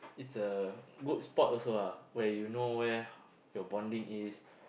it's a good spot also ah where you know where your bonding is